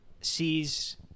sees